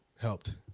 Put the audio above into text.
helped